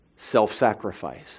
Self-sacrifice